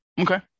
Okay